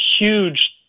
huge